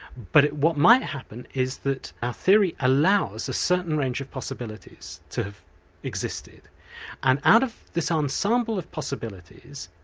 but what might happen is that our theory allows a certain range of possibilities to have existed and out of this ensemble of possibilities,